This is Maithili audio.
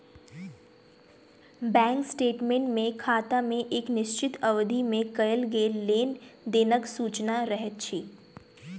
बैंक स्टेटमेंट मे खाता मे एक निश्चित अवधि मे कयल गेल लेन देनक सूचना रहैत अछि